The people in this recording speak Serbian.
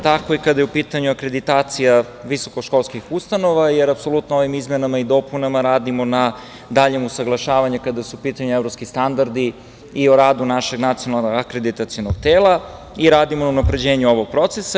Tako je i kada je u pitanju akreditacija visokoškolskih ustanova, jer apsolutno ovim izmenama i dopunama radimo na daljem usaglašavanju, kada su u pitanju evropski standardi i o radu našeg nacionalnog akreditacionog tela i radimo na unapređenju ovog procesa.